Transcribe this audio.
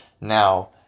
now